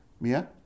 Mia